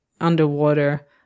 underwater